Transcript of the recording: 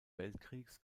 weltkriegs